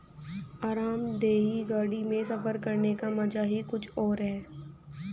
आरामदेह गाड़ी में सफर करने का मजा ही कुछ और है